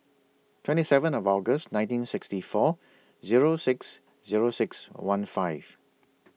twenty seventh August nineteen sixty four Zero six Zero six one five